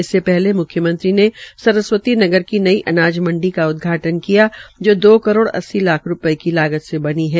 इससे पहले मुख्यमंत्री ने सरस्वती नगर की नई अनाजमंडी का उदघाटन किया जो दो करोड़ अस्सी लाख रूपये की लागत से बनी है